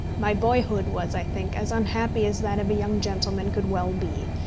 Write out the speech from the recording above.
my boyhood was, i think, as unhappy as that of a young gentleman could well be,